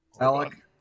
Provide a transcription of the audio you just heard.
Alec